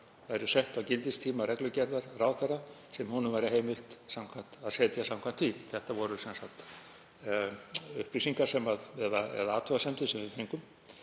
væru sett á gildistíma reglugerðar ráðherra sem honum væri heimilt að setja samkvæmt því. Þetta voru sem sagt upplýsingar eða athugasemdir sem við fengum.